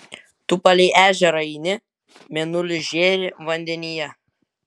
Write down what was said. tu palei ežerą eini mėnulis žėri vandenyje